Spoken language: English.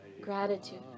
gratitude